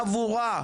עבורה,